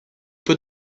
peu